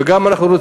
וגם אנחנו,